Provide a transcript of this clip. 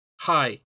Hi